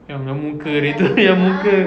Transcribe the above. yang yang muka dia itu yang muka